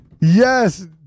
Yes